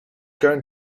going